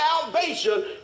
salvation